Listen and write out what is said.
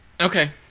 okay